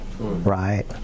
right